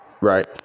Right